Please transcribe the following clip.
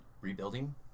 rebuilding